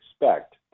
expect